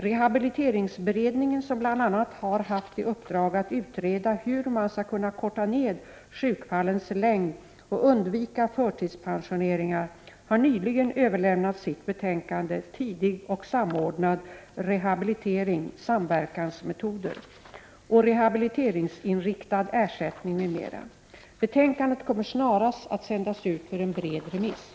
Rehabiliteringsberedningen, som bl.a. har haft i uppdrag att utreda hur man skall kunna korta ned sjukfallens längd och undvika förtidspensioneringar, har nyligen överlämnat sitt betänkande Tidig och samordnad rehabilitering — Samverkansmetoder och rehabiliteringsinriktad ersättning m.m. Betänkandet kommer snarast att sändas ut för en bred remiss.